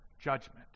judgment